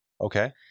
Okay